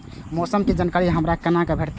मौसम के जानकारी हमरा केना भेटैत?